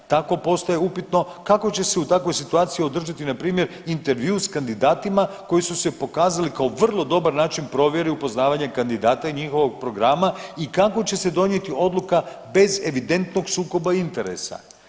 Tako postaje upitno kako će se u takvoj situaciji održati na primjer intervju sa kandidatima koji su se pokazali kao vrlo dobar način provjere i upoznavanja kandidata i njihovog programa i kako će se donijeti odluka bez evidentnog sukoba interesa.